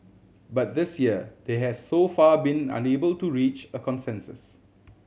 but this year they have so far been unable to reach a consensus